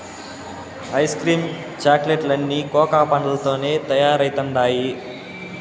ice cream chocolate లన్నీ cocoa పండ్లతోనే తయారైతండాయి